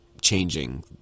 changing